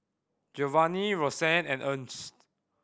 Giovanni Rosann and Ernst